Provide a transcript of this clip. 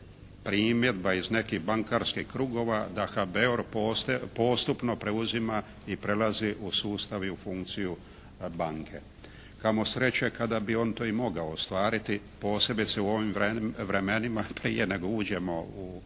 primjedba iz nekih bankarskih krugova da HBOR postupno preuzima i prelazi u sustav i u funkciju banke. Kamo sreće kada bi on to i mogao ostvariti, posebice u ovim vremenima prije nego uđemo u